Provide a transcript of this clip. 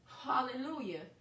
Hallelujah